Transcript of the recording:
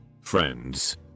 Friends